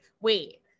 wait